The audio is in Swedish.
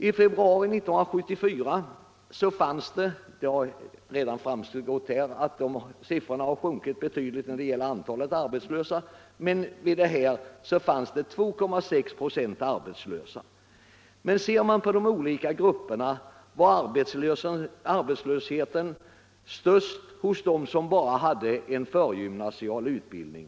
I februari 1974 var 2,6 96 arbetslösa; det har redan framgått av debatten att denna siffra har sjunkit betydligt. Men om man ser på de olika grupperna finner man att arbetslösheten var störst hos dem som bara hade förgymnasial utbildning.